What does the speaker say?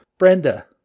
Brenda